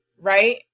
right